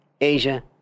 Asia